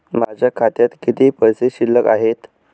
माझ्या खात्यात किती पैसे शिल्लक आहेत?